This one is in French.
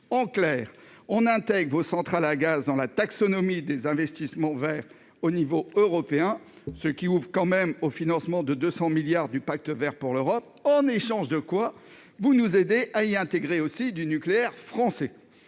En clair, « on intègre vos centrales à gaz dans la taxonomie des investissements verts au niveau européen »- ce qui ouvre l'accès quand même au financement de 200 milliards d'euros du pacte Vert pour l'Europe -, en échange de quoi « vous nous aidez à y intégrer aussi du nucléaire français